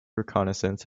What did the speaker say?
reconnaissance